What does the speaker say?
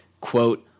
Quote